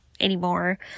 anymore